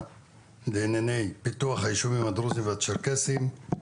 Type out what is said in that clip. לענייני פיתוח הישובים הדרוזים והצ'רקסיים.